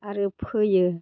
आरो फोयो